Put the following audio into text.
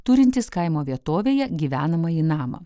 turintys kaimo vietovėje gyvenamąjį namą